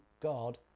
God